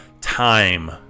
time